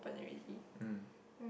mm